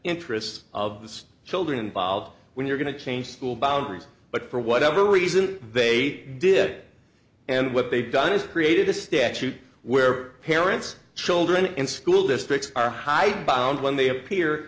interests of the children involved when you're going to change school boundaries but for whatever reason they did it and what they've done is created a statute where parents children in school districts are high bound when they appear